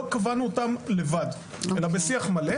לא קבענו אותם לבד אלא בשיח מלא.